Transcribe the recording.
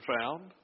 found